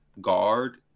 guard